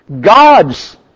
God's